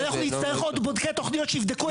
אנחנו נצטרך עוד בודקי תוכניות שיבדקו את הבקשות האלה.